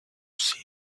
see